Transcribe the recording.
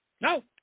No